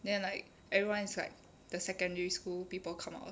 then like everyone is like the secondary school people come out